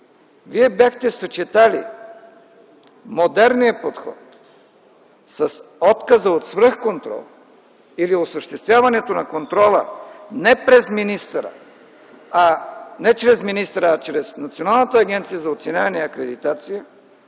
бяхте съчетали модерния подход с отказа от свръхконтрол или осъществяването на контрола не чрез министъра, а чрез Националната агенция за оценяване и акредитация,